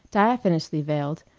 diaphanously veiled,